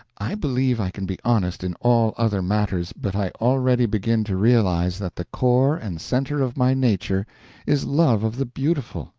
i believe i can be honest in all other matters, but i already begin to realize that the core and center of my nature is love of the beautiful,